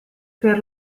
per